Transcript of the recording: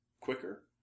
quicker